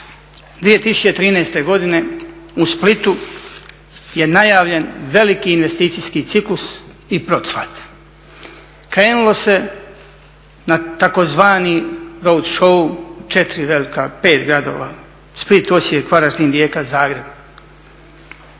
2013. godine u Splitu je najavljen veliki investicijski ciklus i procvat. Krenulo se na tzv. … show, 4 velika, 5 gradova, Split, Osijek, Varaždin, Rijeka, Zagreb.